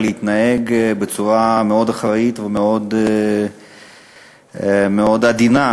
ולהתנהג בצורה מאוד אחראית ומאוד עדינה,